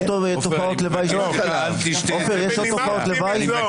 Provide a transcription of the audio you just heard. עופר, יש עוד תופעות לוואי?